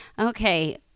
Okay